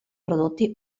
prodotti